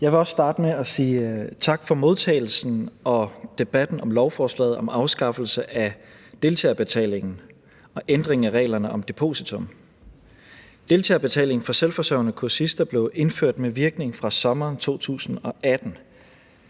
Jeg vil også starte med at sige tak for modtagelsen og debatten om lovforslaget om afskaffelse af deltagerbetalingen og ændringen af reglerne om depositum. Deltagerbetalingen for selvforsørgende kursister blev indført med virkning fra sommeren 2018,